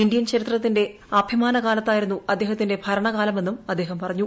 Indian ചരിത്രത്തിന്റെ അഭിമാന കാലത്തായിരുന്നു അദ്ദേഹത്തിന്റെ ഭരണകാലമെന്നും അദ്ദേഹം പറഞ്ഞു